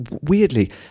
weirdly